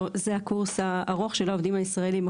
לא, זה הקורס הארוך של העובדים הישראליים.